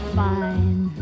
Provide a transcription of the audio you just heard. fine